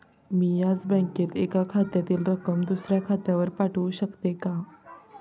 मी याच बँकेत एका खात्यातील रक्कम दुसऱ्या खात्यावर पाठवू शकते का?